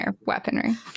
weaponry